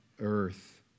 earth